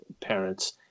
parents